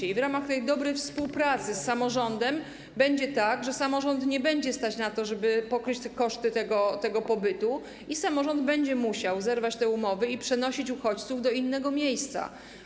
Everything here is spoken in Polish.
I w ramach tej dobrej współpracy z samorządem będzie tak, że samorządu nie będzie stać na to, żeby pokryć koszty tego pobytu, i samorząd będzie musiał zerwać te umowy i przenosić uchodźców do innego miejsca.